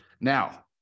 Now